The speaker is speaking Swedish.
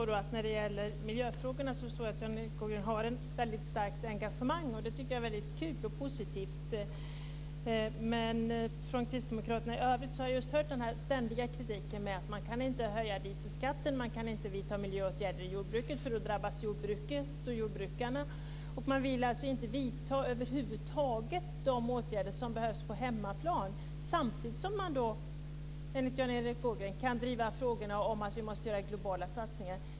Herr talman! Jan Erik Ågren har ett starkt engagemang i miljöfrågorna. Det är kul och positivt. Från kristdemokraterna i övrigt har jag hört den ständiga kritiken mot att höja dieselskatten, att det inte går att vidta åtgärder inom jordbruket för att jordbrukarna drabbas. Man vill över huvud taget inte vidta de åtgärder som behövs på hemmaplan, samtidigt som man enligt Jan Erik Ågren kan driva frågorna om globala satsningar.